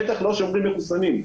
בטח לא שומרים מחוסנים.